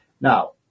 Now